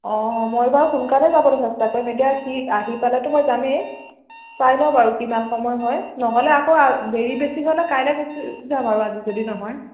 অঁ মই বাৰু সোনকালে যাবলৈ চেষ্টা কৰিম এতিয়া সি আহি পালেতো মই যামেই চাই লওঁ বাৰু কিমান সময় হয় নহ'লে আকৌ আ দেৰি বেছি হ'লে কাইলে যাম আৰু আজি যদি নহয়